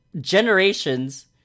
generations